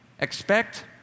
expect